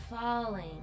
falling